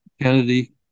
Kennedy